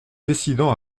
décidant